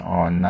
on